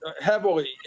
heavily